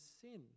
sin